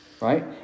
right